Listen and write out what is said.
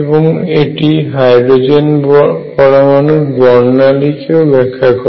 এবং এটি হাইড্রোজেন পরমাণু বর্ণালীকেউ ব্যাখ্যা করে